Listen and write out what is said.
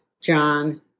John